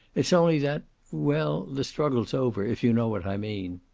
it's only that well, the struggle's over, if you know what i mean.